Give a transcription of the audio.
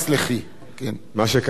זה כבר היה כאילו בידי שמים,